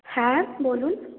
হ্যাঁ বলুন